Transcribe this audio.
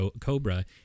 Cobra